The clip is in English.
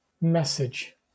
message